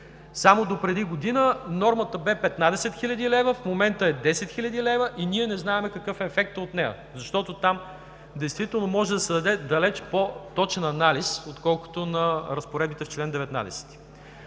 Само допреди година нормата бе 15 хил. лв. В момента е 10 хил. лв. и ние не знаем какъв е ефектът от нея, защото там действително може да се даде далеч по-точен анализ, отколкото на разпоредбите в чл. 19.